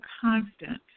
constant